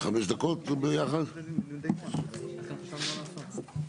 שמה לא שמענו.